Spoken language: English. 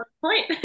point